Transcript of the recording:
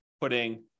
putting